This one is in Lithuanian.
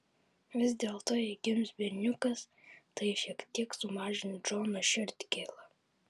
vis dėlto jei gims berniukas tai šiek tiek sumažins džono širdgėlą